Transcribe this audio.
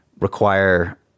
require